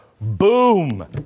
boom